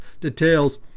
details